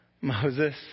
Moses